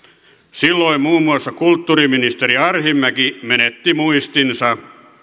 silloin muun muassa kulttuuriministeri arhinmäki menetti muistinsa